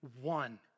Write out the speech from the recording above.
One